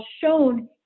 shown